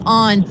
on